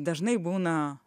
dažnai būna